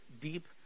deep